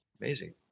Amazing